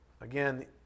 again